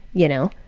you know.